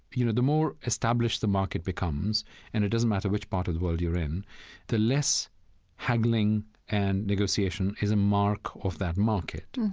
you know, the more established the market becomes and it doesn't matter which part of the world you're in the less haggling and negotiation is a mark of that market.